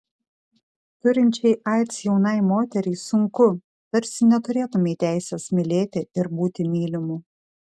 turinčiai aids jaunai moteriai sunku tarsi neturėtumei teisės mylėti ir būti mylimu